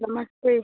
नमस्ते